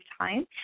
time